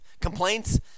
Complaints